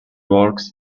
works